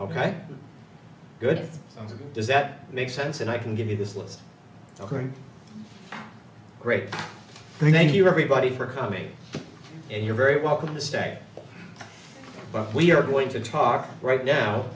ok good does that make sense and i can give you this list ok great thank you everybody for coming and you're very welcome to stack but we're going to talk right now